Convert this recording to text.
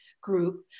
group